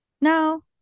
No